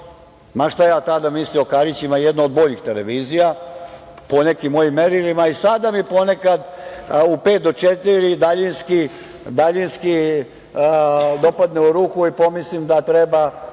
ma šta ja tada mislio o Karićima, jedna od boljih televizija po nekim mojim merilima i ada mi ponekad u pet do četiri daljinski dopadne u ruku i pomislim da treba